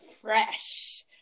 fresh